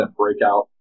breakout